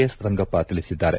S Rangappa ತಿಳಿಸಿದ್ದಾರೆ